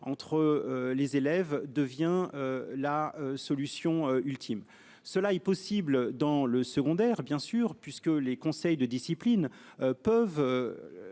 entre les élèves devient la solution ultime. Cela est possible dans le secondaire. Bien sûr puisque les conseils de discipline peuvent.